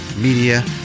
Media